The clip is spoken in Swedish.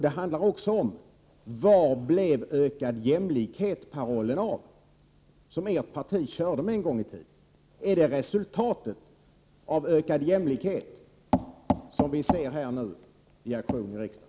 Det handlar också om vad det blev av parollen om ökad jämlikhet som det socialdemokratiska partiet en gång använde sig av. Är det som vi nu ser här ett resultat av ökad jämlikhet?